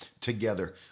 together